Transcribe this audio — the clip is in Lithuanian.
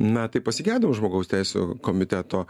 na tai pasigedom žmogaus teisių komiteto